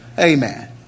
amen